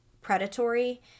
predatory